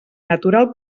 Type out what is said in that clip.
natural